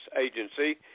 Agency